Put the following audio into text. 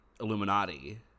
Illuminati